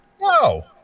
No